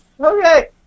Okay